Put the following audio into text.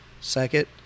Second